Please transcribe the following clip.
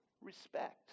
Respect